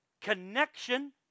connection